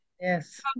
yes